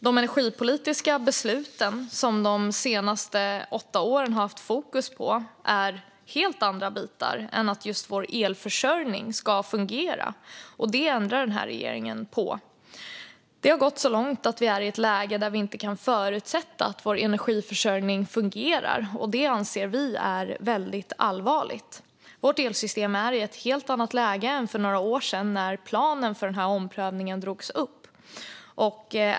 De energipolitiska besluten har de senaste åtta åren haft fokus på helt andra bitar än att just vår elförsörjning ska fungera. Det ändrar regeringen på. Det har gått så långt att vi är i ett läge där vi inte kan förutsätta att vår energiförsörjning fungerar. Det anser vi är väldigt allvarligt. Vårt elsystem är i ett helt annat läge än för några år sedan när planen för omprövningen drogs upp.